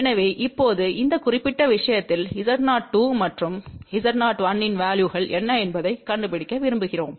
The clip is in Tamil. எனவே இப்போது இந்த குறிப்பிட்ட விஷயத்தில் Z02 மற்றும் Z01 இன் வேல்யுகள் என்ன என்பதைக் கண்டுபிடிக்க விரும்புகிறோம்